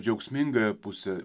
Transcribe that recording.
džiaugsmingąją pusę